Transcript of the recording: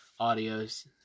audios